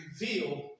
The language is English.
reveal